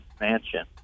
Mansion